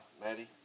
Maddie